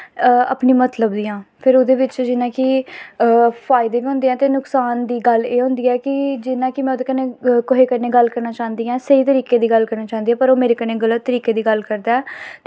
अपने मतलब दियां फिर ओह्दे बिच्च जि'यां कि फायदे बी होंदे न ते नुकसान दी गल्ल एह् होंदी ऐ जि'यां कि में ओह्दे कन्नै कुसै कन्नै गल्ल करना चांह्दी आं स्हेई तरीके दी गल्ल करना चांह्दी आं पर ओह् मेरे कन्नै गल्त तरीके दी गल्ल करदा ऐ